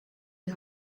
die